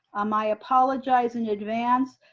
um i apologize in advance,